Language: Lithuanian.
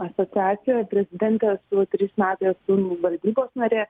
asociacijoj prezidentė esu trys metai esu valdybos narė